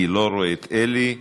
אני לא רואה את אלי.